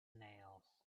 nails